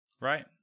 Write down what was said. Right